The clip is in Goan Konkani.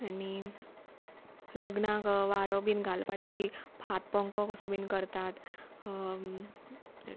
आणी लग्नाक वारो बीन घालपा तेजी हात पंको कसो बीन करतात